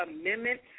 Amendment